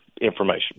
information